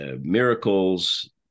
miracles